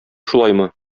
шулаймы